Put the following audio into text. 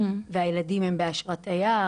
והילדים הם באשרת תייר,